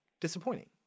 disappointing